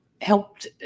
helped